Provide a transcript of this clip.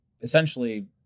essentially